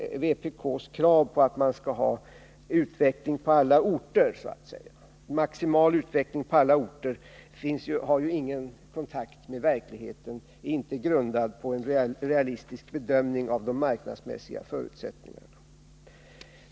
Vpk:s krav på maximal utveckling på alla orter har ingen kontakt med verkligheten och är inte grundade på någon realistisk bedömning av de marknadsmässiga förutsättningarna.